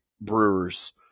Brewers